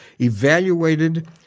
evaluated